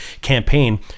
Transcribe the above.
campaign